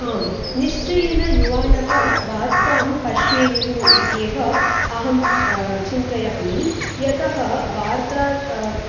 आम् निश्चयेन युवानः वार्तां पश्येयु इति एव अहं चिन्तयामि यतः वार्ता